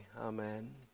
amen